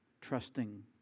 Trusting